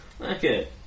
Okay